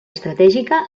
estratègica